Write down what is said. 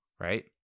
Right